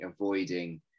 avoiding